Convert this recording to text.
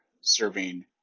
serving